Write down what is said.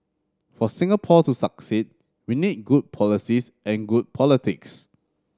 for Singapore to succeed we need good policies and good politics